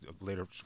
later